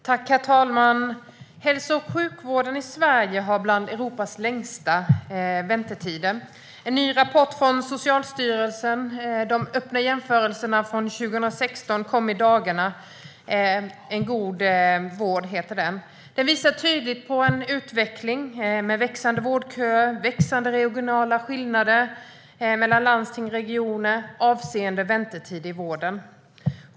Herr talman! Väntetiderna i hälso och sjukvården i Sverige tillhör Europas längsta. En ny rapport från Socialstyrelsen med de öppna jämförelserna från 2016 kom i dagarna - En god vård , heter den. Den visar tydligt på en utveckling med växande vårdköer och växande skillnader mellan landsting och regioner avseende väntetider i vården.